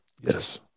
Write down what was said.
Yes